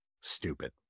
stupid